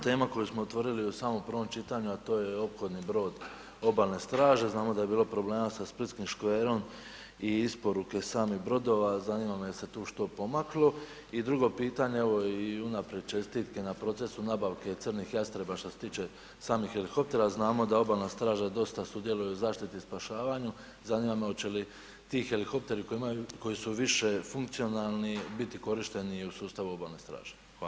Tema koju smo otvorili u samom prvom čitanju, a to je ophodni brod Obalne straže, znamo da je bilo problema sa splitskim škverom i isporuke samih brodova, zanima me je li se tu što pomaklo i drugo pitanje evo i unaprijed čestitke na procesu nabavke Crnih jastreba što se tiče samih helikoptera, znamo da Obalna straža dosta sudjeluje u zaštiti i spašavanju, zanima me hoće li ti helikopteri koji su više funkcionalni biti korišteni i u sustavu Obalne straže?